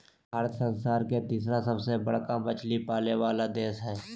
भारत संसार के तिसरा सबसे बडका मछली पाले वाला देश हइ